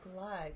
Live